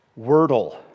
Wordle